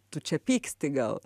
tu čia pyksti gal